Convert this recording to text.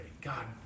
God